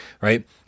Right